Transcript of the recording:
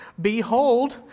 behold